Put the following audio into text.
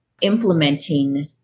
implementing